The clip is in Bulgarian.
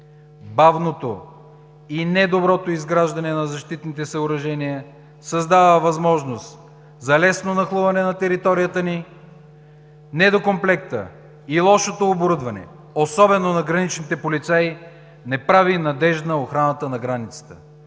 Бавното и недоброто изграждане на защитните съоръжения създава възможност за лесно нахлуване на територията ни. Недокомплектът и лошото оборудване, особено на граничните полицаи, не прави надеждна охраната на границата